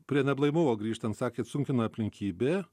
prie neblaivumo grįžtan sakėt sunkina aplinkybė